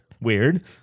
Weird